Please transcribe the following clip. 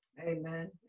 Amen